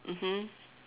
mmhmm